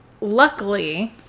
luckily